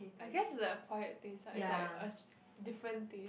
I guess is a acquired taste ah it's like a different taste